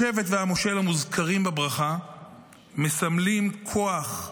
השבט והמושל המוזכרים בברכה מסמלים כוח,